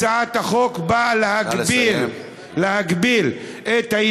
הצעת החוק נועדה להגביל, נא לסכם.